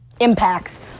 impacts